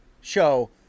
show